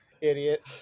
Idiot